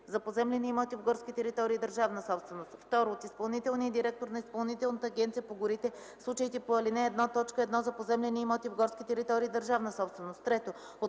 за поземлени имоти в горски територии – държавна собственост; 2. от изпълнителния директор на Изпълнителната агенция по горите – в случаите по ал. 1, т. 1, за поземлени имоти в горски територии – държавна собственост; 3.